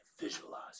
Visualize